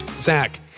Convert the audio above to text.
Zach